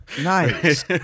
nice